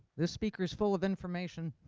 the speaker is full of information.